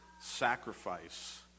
sacrifice